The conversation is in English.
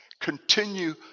continue